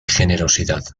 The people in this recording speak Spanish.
generosidad